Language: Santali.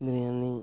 ᱵᱤᱨᱤᱭᱟᱱᱤ